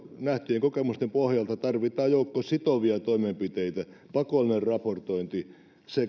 nähtyjen kokemusten pohjalta tarvitaan joukko sitovia toimenpiteitä pakollinen raportointi sekä